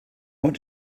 want